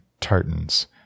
tartans